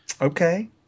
Okay